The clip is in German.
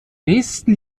nächsten